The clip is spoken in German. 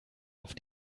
auf